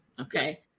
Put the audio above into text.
okay